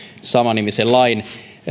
samannimisen lain